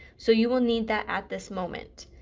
so you will need that at this moment.